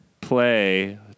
play